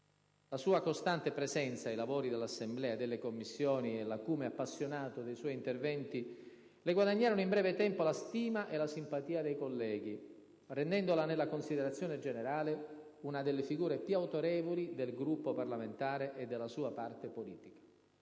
La sua costante presenza ai lavori dell'Assemblea e delle Commissioni e l'acume appassionato dei suoi interventi le guadagnarono in breve tempo la stima e la simpatia dei colleghi, rendendola nella considerazione generale una delle figure più autorevoli del Gruppo parlamentare e della sua parte politica.